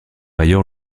ailleurs